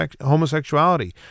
homosexuality